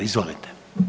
Izvolite.